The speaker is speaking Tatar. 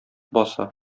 баса